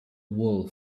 wool